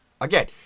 Again